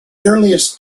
earliest